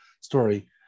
story